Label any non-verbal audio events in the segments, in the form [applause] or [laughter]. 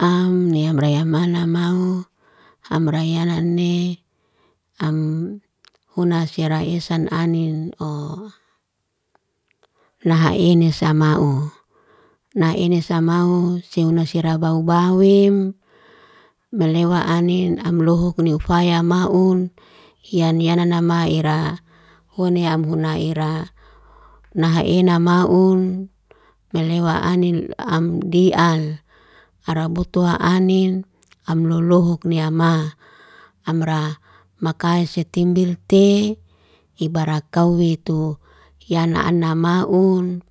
Am ni amra yamana mau, amra yana ne. Am [hesitation] huna siara esan anin'o. Lahaenis samau. Na eni samaus, seunas sirabaubauwim, melewa anin am lohok nifaya maun. Yan yana namaera, wonea bunai'ira. Nahaenamaun melewa anin am di'al. Arabotua anin am lolohok nia ma. Amra maka setimbil te, ibarat kauwe tu yana anamaun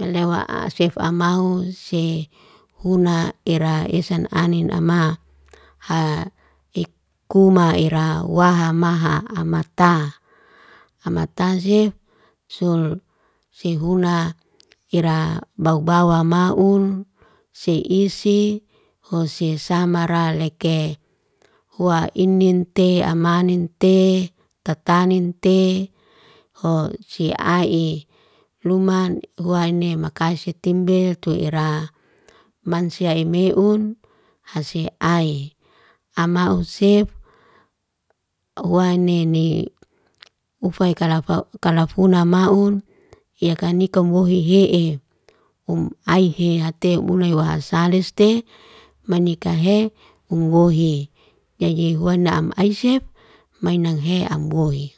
yelewa asef amauzse huna era esan anin ama. Ha [hesitation] ekuma era wahamaha amata. Amatazif sul sihuna ira baubauwa maun se isik, ose samara leke. Huwa ininte amaninte, tataninte hoh sia'i. Luman huane makasitimbel tu ira. Mansia emeun hase'ai, amau sef huwanene. Ufai kalafai kalafunamaun yakaniko umwohi'hi e. Um ai hi hate unaiwa saleste, manika he, umwohi. Jadji huana am aisef mainanghe, am woi